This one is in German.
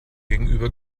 gegenüber